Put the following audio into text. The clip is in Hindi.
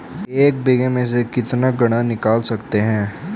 एक बीघे में से कितना गन्ना निकाल सकते हैं?